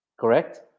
Correct